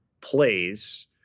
plays